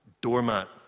doormat